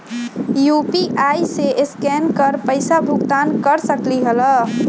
UPI से scan कर पईसा भुगतान कर सकलीहल?